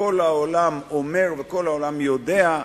וכל העולם אומר וכל העולם יודע,